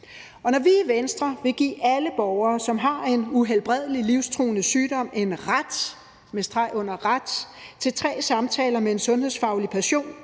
når vi i Venstre vil give alle borgere, som har en uhelbredelig, livstruende sygdom, en ret – med streg under »ret« – til tre samtaler med en sundhedsfaglig person,